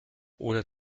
oder